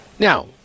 Now